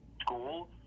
school